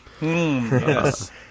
yes